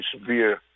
severe